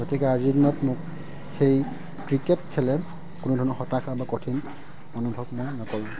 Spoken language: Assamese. গতিকে আজিৰ দিনত মোক সেই ক্ৰিকেট খেলে কোনো ধৰণৰ হতাশা বা কঠিন অনুভৱ মোৰ নকৰে